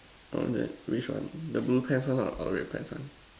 on the which one the blue pant one or the red pant one